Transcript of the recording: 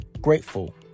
grateful